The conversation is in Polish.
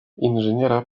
inżyniera